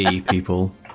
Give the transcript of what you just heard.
people